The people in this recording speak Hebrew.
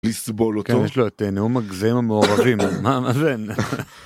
לסבול אותו, וכן יש לו את נאום הגזעים המעורבים.